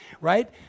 right